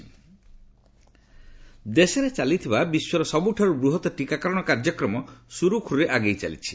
ଟିକାକରଣ ଦେଶରେ ଚାଲିଥିବା ବିଶ୍ୱର ସବୁଠାରୁ ବୃହତ ଟିକାକରଣ କାର୍ଯ୍ୟକ୍ରମ ସୁରୁଖୁରୁରେ ଆଗେଇ ଚାଲିଛି